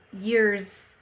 years